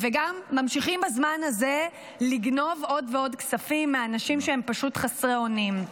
וגם ממשיכים בזמן הזה לגנוב עוד ועוד כספים מאנשים שהם פשוט חסרי אונים.